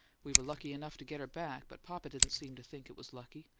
we were lucky enough to get her back, but papa didn't seem to think it was lucky.